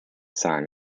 son